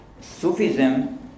Sufism